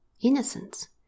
innocence